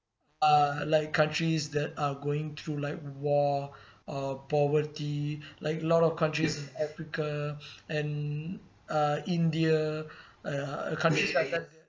uh like countries that are going through like war uh poverty like lot of countries africa and uh india uh countries like that